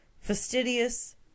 fastidious